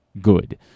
good